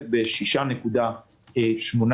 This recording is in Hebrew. ב-6.8%.